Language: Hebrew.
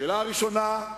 השאלה הראשונה,